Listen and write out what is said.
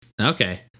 Okay